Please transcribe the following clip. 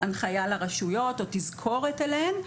הנחיה לרשויות או תזכורת אליהן,